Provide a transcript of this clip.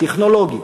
טכנולוגי.